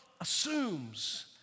assumes